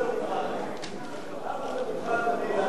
למה אתה מוכן לעשות את זה?